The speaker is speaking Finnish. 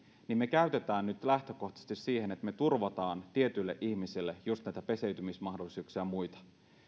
me käytämme lähtökohtaisesti siihen että me turvaamme tietyille ihmisille juuri näitä peseytymismahdollisuuksia ja muita